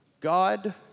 God